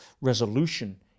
resolution